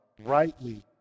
Rightly